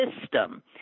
system